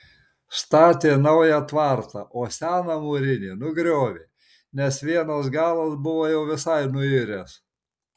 statė naują tvartą o seną mūrinį nugriovė nes vienas galas buvo jau visai nuiręs